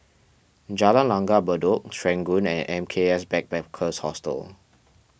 Jalan Langgar Bedok Serangoon and M K S Backpackers Hostel